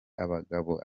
abagabo